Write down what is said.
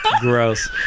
Gross